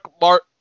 Mark